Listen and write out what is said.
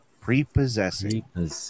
Prepossessing